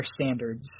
standards